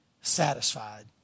satisfied